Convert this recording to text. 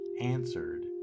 answered